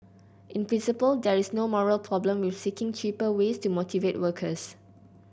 in principle there is no moral problem with seeking cheaper ways to motivate workers